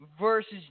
versus